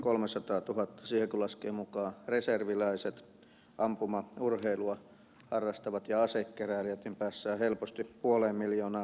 siihen kun laskee mukaan reserviläiset ampumaurheilua harrastavat ja asekeräilijät niin päästään helposti puoleen miljoonaan kansalaiseen